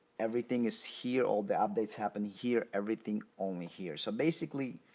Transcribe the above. everything is here, all the updates happen here, everything only here. so basically,